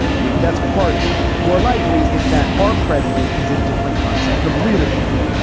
maybe that's part of it. more likely, it's that our president has a different concept of leadership.